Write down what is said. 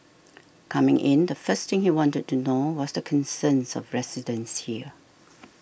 coming in the first thing he wanted to know was the concerns of residents here